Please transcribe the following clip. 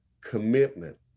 commitment